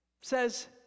says